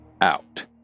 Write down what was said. out